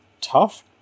tough